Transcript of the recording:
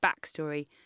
BACKSTORY